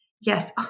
yes